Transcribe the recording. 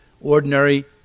Ordinary